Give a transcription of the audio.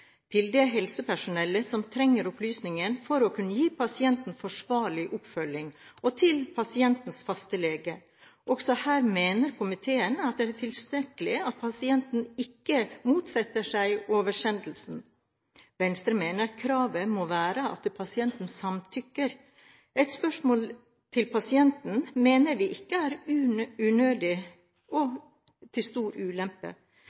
til det helsepersonellet som trenger opplysningene for å kunne gi pasienten forsvarlig oppfølging, og til pasientens faste lege. Også her mener komiteen det er tilstrekkelig at pasienten ikke motsetter seg oversendelsen. Venstre mener kravet må være at pasienten samtykker. Et spørsmål til pasienten mener vi ikke er unødig og til stor ulempe.